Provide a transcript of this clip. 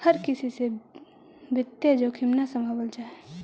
हर किसी से वित्तीय जोखिम न सम्भावल जा हई